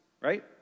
right